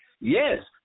Yes